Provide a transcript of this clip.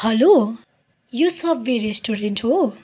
hello यो Subway restaurant हो